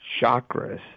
chakras